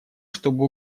чтобы